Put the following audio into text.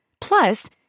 Plus